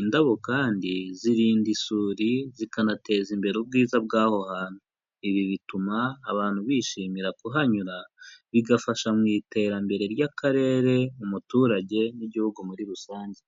indabo kandi zirinda isuri zikanateza imbere ubwiza bw'aho hantu, ibi bituma abantu bishimira kuhanyura bigafasha mu iterambere ry'akarere, umuturage n'igihugu muri rusange.